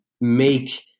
make